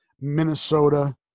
Minnesota